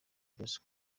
byose